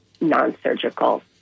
non-surgical